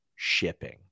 Shipping